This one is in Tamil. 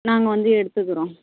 நாங்கள் வந்து எடுத்துக்கிறோம்